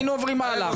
היינו עוברים הלאה.